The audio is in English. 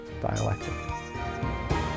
dialectic